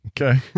Okay